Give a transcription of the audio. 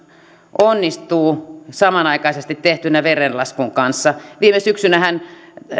onnistuu samanaikaisesti tehtynä verenlaskun kanssa viime syksynähän